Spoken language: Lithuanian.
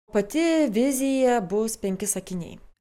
pati vizija bus penki sakiniai